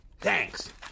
Thanks